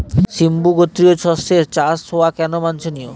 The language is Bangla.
সিম্বু গোত্রীয় শস্যের চাষ হওয়া কেন বাঞ্ছনীয়?